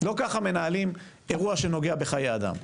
לא כך מנהלים אירוע שנוגע בחיי אדם.